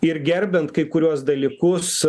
ir gerbiant kai kuriuos dalykus